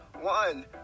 one